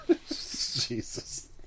Jesus